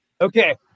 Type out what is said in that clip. Okay